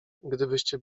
gdybyście